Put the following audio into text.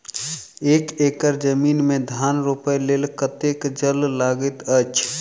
एक एकड़ जमीन मे धान रोपय लेल कतेक जल लागति अछि?